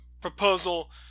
proposal